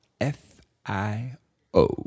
f-i-o